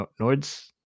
nords